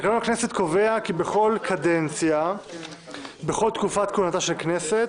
הנושא הבא על סדר היום: קביעת הוועדות שאליהן ידווחו שרי הממשלה,